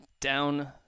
down